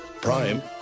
Prime